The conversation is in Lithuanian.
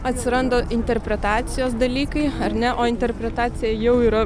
atsiranda interpretacijos dalykai ar ne o interpretacija jau yra